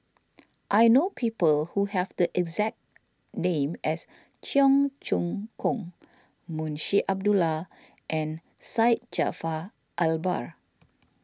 I know people who have the exact name as Cheong Choong Kong Munshi Abdullah and Syed Jaafar Albar